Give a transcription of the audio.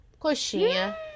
Coxinha